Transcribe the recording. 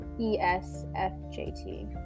E-S-F-J-T